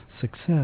success